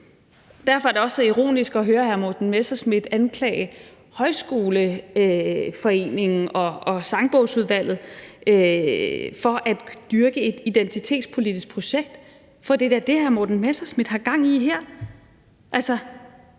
Derfor er det også så ironisk at høre hr. Morten Messerschmidt anklage Folkehøjskolernes Forening og Sangbogsudvalget for at dyrke et identitetspolitisk projekt, for det er da det, hr. Morten Messerschmidt har gang i her,